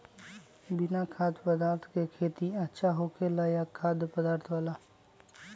बिना खाद्य पदार्थ के खेती अच्छा होखेला या खाद्य पदार्थ वाला?